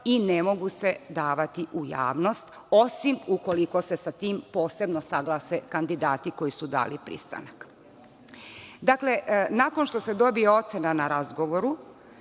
i ne mogu se davati u javnost osim ukoliko se sa tim posebno saglase kandidati koji su dali pristanak. Dakle, nakon što se dobije ocena na razgovoru,